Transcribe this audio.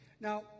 Now